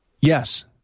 Yes